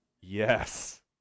Yes